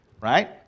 Right